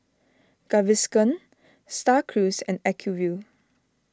Gaviscon Star Cruise and Acuvue